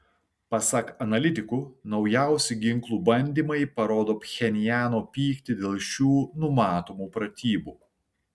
pasak analitikų naujausi ginklų bandymai parodo pchenjano pyktį dėl šių numatomų pratybų